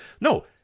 No